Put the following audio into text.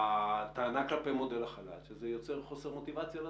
הטענה כלפי מודל החל"ת היא שזה יוצר חוסר מוטיבציה.